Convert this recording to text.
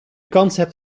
concept